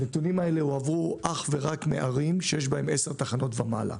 הם הועברו אך ורק מערים שיש בהן עשר תחנות ומעלה.